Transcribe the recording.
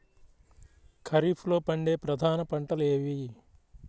ఖరీఫ్లో పండే ప్రధాన పంటలు ఏవి?